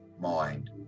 mind